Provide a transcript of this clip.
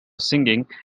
singing